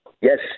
Yes